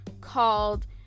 called